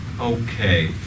Okay